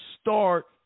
start